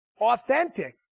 Authentic